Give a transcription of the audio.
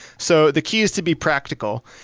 so the key is to be practical.